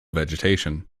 vegetation